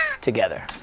together